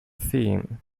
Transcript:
theme